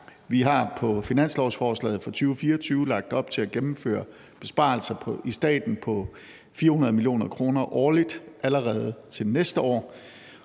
Vi har på finanslovsforslaget fra 2024 lagt op til at gennemføre besparelser i staten på 400 mio. kr. årligt allerede til næste år,